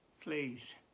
please